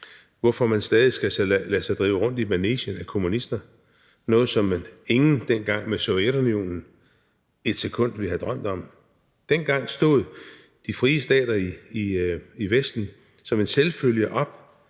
hvorfor man stadig skal lade sig drive rundt i manegen af kommunister; noget, som ingen dengang med Sovjetunionen et sekund ville have drømt om. Dengang stod de frie stater i Vesten som en selvfølge op